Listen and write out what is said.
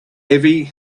heavy